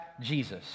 Jesus